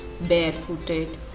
barefooted